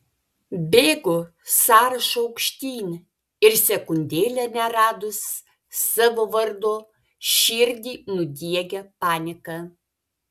bėgu sąrašu aukštyn ir sekundėlę neradus savo vardo širdį nudiegia panika